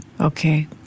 Okay